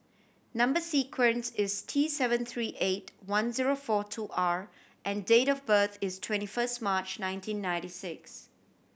number sequence is T seven three eight one zero four two R and date of birth is twenty first March nineteen ninety six